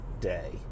day